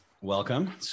Welcome